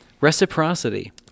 Reciprocity